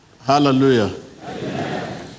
hallelujah